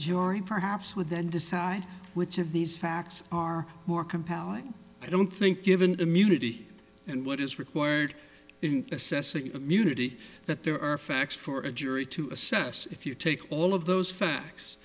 joran perhaps with then decide which of these facts are more compelling i don't think given immunity and what is required in assessing the community that there are facts for a jury to assess if you take all of those facts